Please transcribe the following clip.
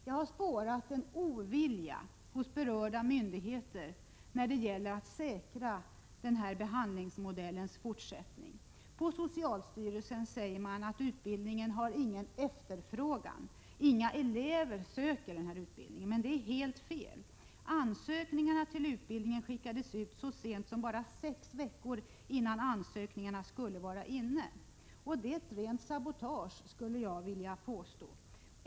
Jag har spårat en ovilja hos berörda myndigheter när det gäller att säkra denna behandlingsmodells fortsättning. På socialstyrelsen säger man att utbildningen inte har någon efterfrågan — inga elever söker den. Det är helt fel. Ansökningsblanketterna till utbildningen skickades ut så sent som bara sex veckor innan ansökningarna skulle vara inne. Det är ett rent sabotage, skulle jag vilja påstå.